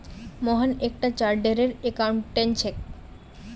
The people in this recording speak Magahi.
मोहन एक टा चार्टर्ड अकाउंटेंट छे